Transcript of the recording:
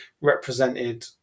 represented